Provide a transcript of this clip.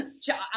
job